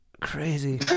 Crazy